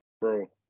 Bro